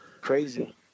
crazy